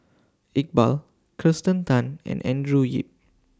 Iqbal Kirsten Tan and Andrew Yip